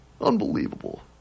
Unbelievable